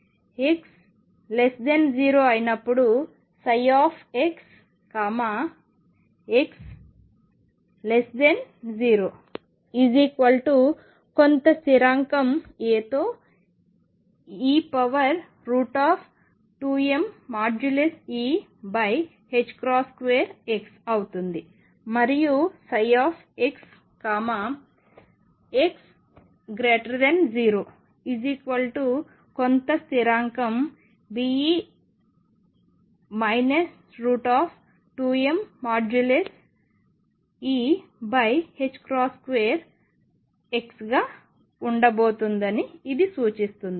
x0 అయినప్పుడు ψx x0 కొంత స్థిరాంకం Aతో e2mE2x అవుతుంది మరియు ψx x0 కొంత స్థిరాంకం Be 2mE2x గా ఉండబోతుందని ఇది సూచిస్తుంది